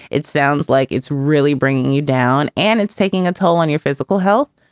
it sounds like it's really bringing you down and it's taking a toll on your physical health.